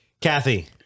Kathy